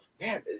Man